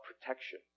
protection